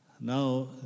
Now